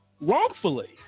wrongfully